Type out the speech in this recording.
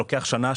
לוקח שנה,